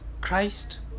Christ